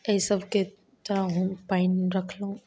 ताहि सबके तऽ अहूँ पानि रखलहुॅं